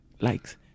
likes